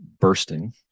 bursting